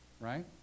right